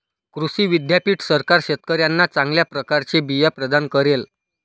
कृषी विद्यापीठ सरकार शेतकऱ्यांना चांगल्या प्रकारचे बिया प्रदान करेल